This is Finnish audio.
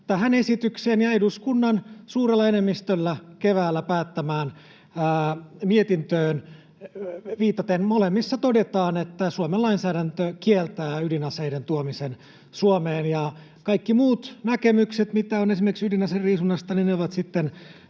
tähän esitykseen ja eduskunnan suurella enemmistöllä keväällä päättämään mietintöön viitaten, molemmissa todetaan näin — että Suomen lainsäädäntö kieltää ydinaseiden tuomisen Suomeen, ja kaikki muut meidän näkemyksemme, mitä on esimerkiksi ydinaseriisunnasta,